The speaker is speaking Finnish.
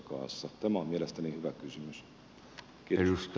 tämä on mielestäni hyvä kysymys